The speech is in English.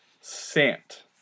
Sant